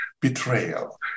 betrayal